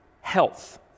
health